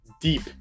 deep